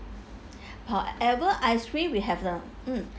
however ice cream we have the mm